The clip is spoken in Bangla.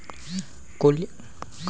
কালিকের যে সময়ত সোগায় বন্ড গুলা হই